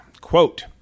Quote